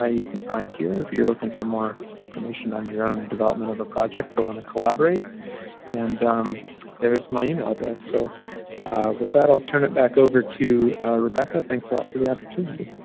ah you can find here if you're looking for more information on your own development of a project or want to collaborate and um there's my email address. so with that i'll turn it back over to rebecca, thanks a lot for the opportunity.